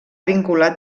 vinculat